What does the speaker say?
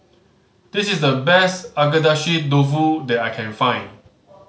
this is the best Agedashi Dofu that I can find